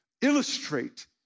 illustrate